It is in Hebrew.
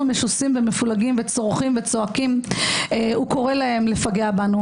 מפולגים וצורחים וצועקים הוא קורא להם לפגע בנו.